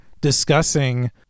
discussing